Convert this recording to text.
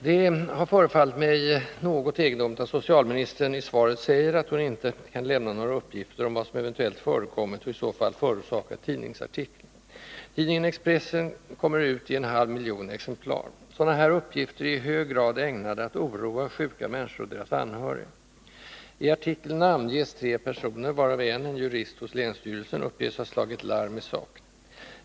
Det förefaller mig något egendomligt att socialministern i svaret säger att hon inte kan lämna några ”uppgifter om vad som eventuellt har förekommit och i så fall förorsakat tidningsartikeln”. Tidningen Expressen utkommer i en halv miljon exemplar. Sådana här uppgifter är i hög grad ägnade att oroa sjuka människor och deras anhöriga. I artikeln namnges tre personer, varav en —en jurist hos länsstyrelsen — uppges ha slagit larm om saken.